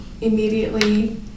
immediately